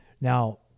Now